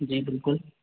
जी बिल्कुल